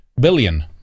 billion